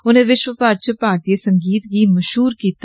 उनें विष्व भर च भारतीय संगीत गी मषहूर किता